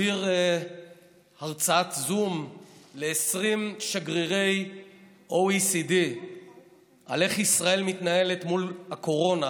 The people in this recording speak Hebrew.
להעביר הרצאת זום ל-20 שגרירי OECD על איך ישראל מתנהלת מול הקורונה.